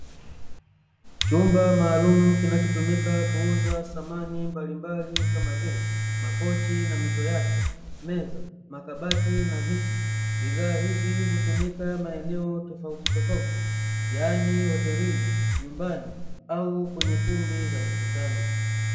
Chumba maalumu kinachotumika kuuza samani mbalimbali kama vile; makochi na mito yake, meza, makabati na viti. Bidhaa hizi hutumika maeneo tofautitofauti, yaani hotelini, nyumbani au kwenye kumbi za mikutano.